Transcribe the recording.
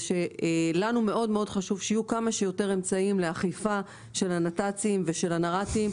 שלנו מאוד חשוב שיהיו כמה שיותר אמצעים לאכיפה של הנת"צים ושל הנר"תים.